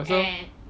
can